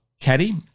Caddy